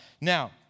Now